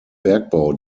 bergbau